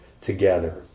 together